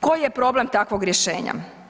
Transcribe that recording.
Koji je problem takvog rješenja?